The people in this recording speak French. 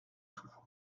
tout